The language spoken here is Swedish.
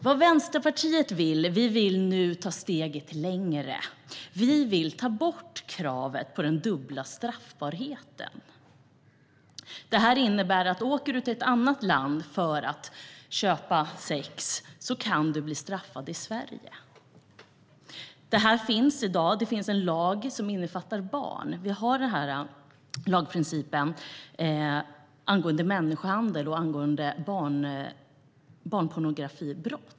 Vänsterpartiet vill ta ett steg längre. Vi vill ta bort kravet på den dubbla straffbarheten. Det innebär att om du åker till ett annat land för att köpa sex kan du bli straffad i Sverige. Detta finns i dag. Det finns en lag som innefattar barn. Vi har lagprincipen angående människohandel och barnpornografi.